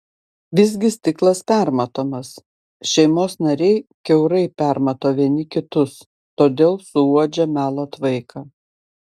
visgi stiklas permatomas šeimos nariai kiaurai permato vieni kitus todėl suuodžia melo tvaiką